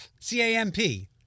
c-a-m-p